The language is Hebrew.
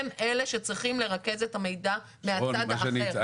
הם אלה שצריכים לרכז את המידע מהצד האחר.